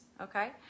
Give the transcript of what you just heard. Okay